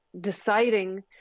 deciding